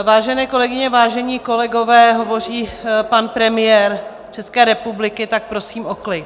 Vážené kolegyně, vážení kolegové, hovoří pan premiér České republiky, tak prosím o klid.